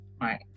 Right